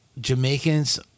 Jamaicans